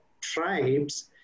tribes